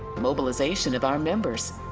mobilization of our members,